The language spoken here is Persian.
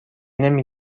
نمی